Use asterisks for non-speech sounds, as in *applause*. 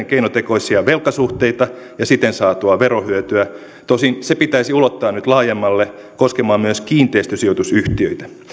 *unintelligible* keinotekoisia velkasuhteita ja siten saatua verohyötyä tosin se pitäisi ulottaa nyt laajemmalle koskemaan myös kiinteistösijoitusyhtiöitä